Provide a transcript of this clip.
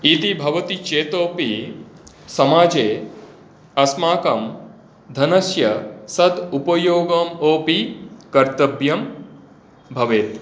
इति भवति चेदपि समाजे अस्माकं धनस्य सत् उपयोगम् अपि कर्तव्यं भवेत्